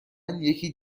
یکی